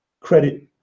credit